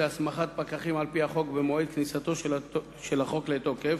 להסמכת פקחים על-פי החוק במועד כניסתו של החוק לתוקף,